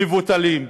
מבוטלים.